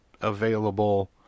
available